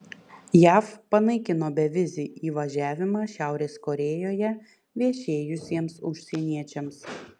jav panaikino bevizį įvažiavimą šiaurės korėjoje viešėjusiems užsieniečiams